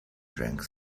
drank